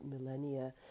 millennia